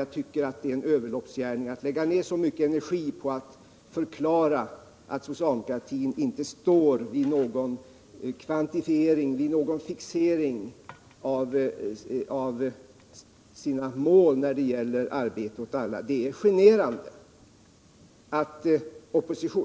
Jag tycker det är en överloppsgärning att lägga ner så mycket energi på att förklara att socialdemokratin inte står vid någon kvantifiering, vid någon fixering av sina mål när det gäller arbete åt alla. Det är generande att